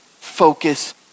focus